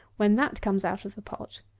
when that comes out of the pot.